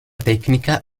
tecnica